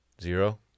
Zero